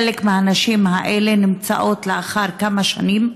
חלק מהנשים האלה נמצאות לאחר כמה שנים,